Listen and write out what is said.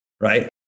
right